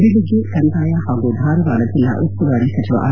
ಬೆಳಿಗ್ಗೆ ಕಂದಾಯ ಹಾಗೂ ಧಾರವಾಡ ಜಿಲ್ಲಾ ಉಸ್ತುವಾರಿ ಸಚಿವ ಆರ್